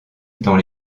dans